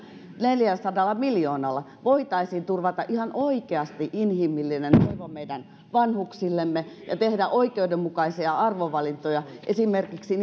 neljälläsadalla miljoonalla voitaisiin turvata ihan oikeasti inhimillinen hoiva meidän vanhuksillemme ja tehdä oikeudenmukaisia arvovalintoja esimerkiksi